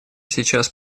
сейчас